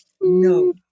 No